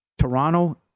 Toronto